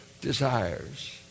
desires